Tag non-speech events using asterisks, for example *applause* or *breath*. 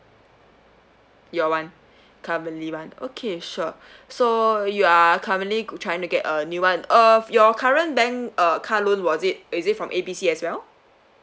your [one] currently okay sure *breath* so you're currently trying to get a new one uh your current bank uh car loan was it is it from A B C as well